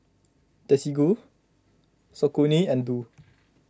Desigual Saucony and Doux